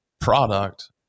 product